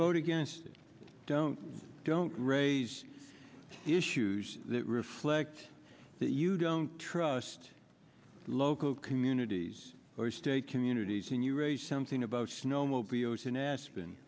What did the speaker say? vote against don't don't raise issues that reflect that you don't trust local communities or state communities and you raise something about snowmobiles in aspen